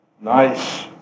nice